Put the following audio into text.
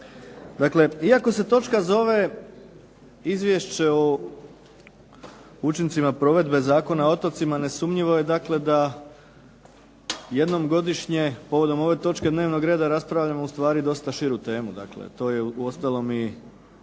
Dakle, iako se točka zove Izvješće o učincima provedbe Zakona o otocima nesumnjivo je da jednom godišnje povodom ove točke dnevnog reda raspravljamo ustvari dosta širu temu,